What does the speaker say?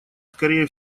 скорее